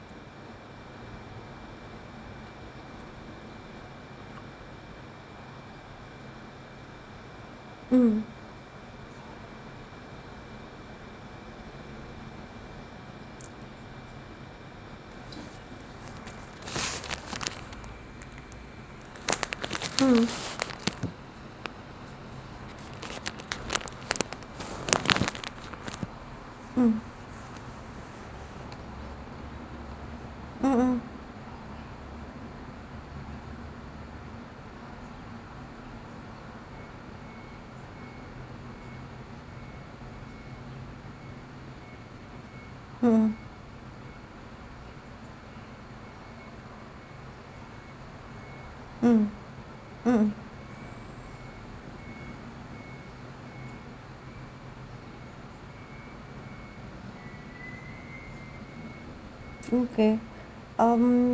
mm mm mm mmhmm mm mm mm